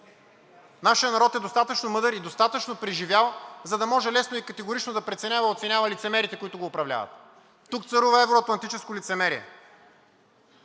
Нашият народ е достатъчно мъдър и достатъчно преживял, за да може лесно и категорично да преценява и оценява лицемерите, които го управляват. Тук царува евро-атлантическо лицемерие,